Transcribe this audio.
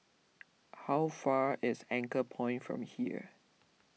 how far is Anchorpoint from here